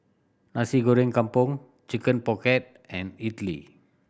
Nasi Goreng Kampung Chicken Pocket and idly